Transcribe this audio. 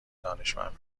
دانشمند